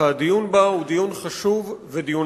והדיון בה הוא דיון חשוב ועקרוני.